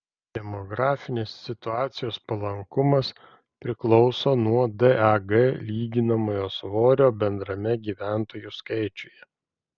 demografinės situacijos palankumas priklauso nuo dag lyginamojo svorio bendrame gyventojų skaičiuje